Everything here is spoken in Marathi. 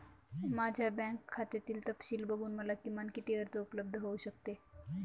माझ्या बँक खात्यातील तपशील बघून मला किमान किती कर्ज उपलब्ध होऊ शकते?